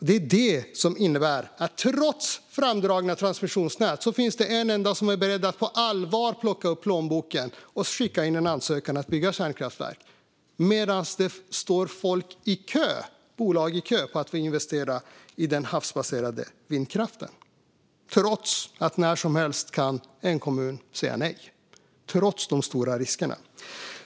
Det är det som innebär att det trots framdragna transmissionsnät inte finns en enda som är beredd att på allvar plocka fram plånboken och skicka in en ansökan om att bygga kärnkraftverk. Detta medan det står bolag i kö för att få investera i den havsbaserade vindkraften. Trots att en kommun när som helst kan säga nej. Trots de stora riskerna.